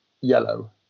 yellow